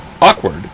Awkward